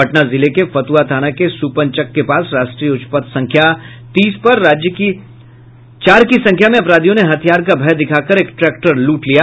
पटना जिले फतुहा थाना के सूपनचक के पास राष्ट्रीय उच्च पथ संख्या तीस पर चार की संख्या में अपराधियों ने हथियार का भय दिखाकर एक ट्रैक्टर लूट लिया